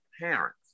parents